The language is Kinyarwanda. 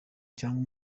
cyangwa